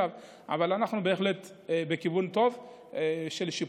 אבל אנחנו בהחלט בכיוון טוב של שיפור.